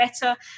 better